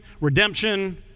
redemption